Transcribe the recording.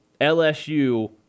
LSU